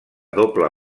doble